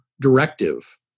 directive